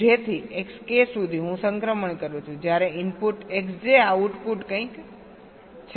Xj થી Xk સુધી હું સંક્રમણ કરું છું જ્યારે ઇનપુટ Xj આઉટપુટ કંઈક છે